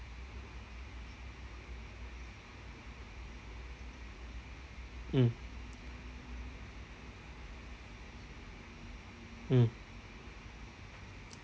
mm mm